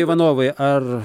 ivanovai ar